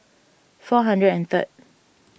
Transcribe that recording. four hundred and third